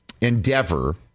endeavor